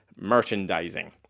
merchandising